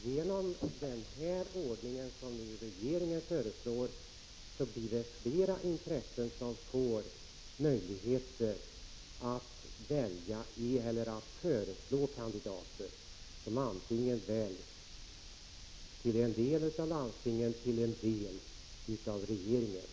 Genom den ordning som regeringen nu utnämner får flera intressen möjlighet att föreslå kandidater, som väljs till en del av landstinget, till en del av regeringen.